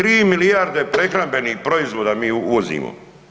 3 milijarde prehrambenih proizvoda mi uvozimo.